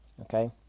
Okay